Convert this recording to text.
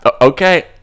Okay